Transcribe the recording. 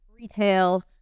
retail